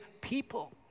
people